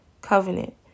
covenant